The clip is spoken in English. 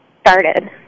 started